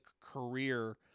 career